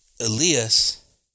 Elias